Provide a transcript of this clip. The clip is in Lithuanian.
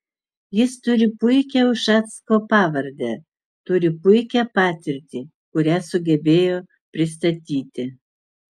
jis turi puikią ušacko pavardę turi puikią patirtį kurią sugebėjo pristatyti